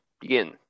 Begin